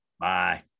Bye